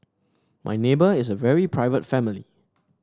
my neighbour is a very private family